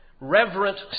Reverent